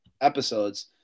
episodes